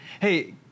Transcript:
hey